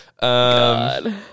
God